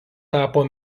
tapo